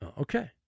Okay